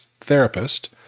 therapist